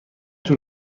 طول